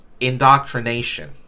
indoctrination